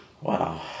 wow